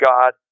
God